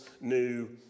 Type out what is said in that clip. New